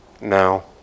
No